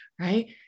Right